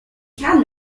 can